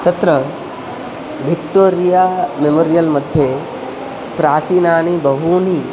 तत्र Victoria Memorial मध्ये प्राचीनानि बहूनि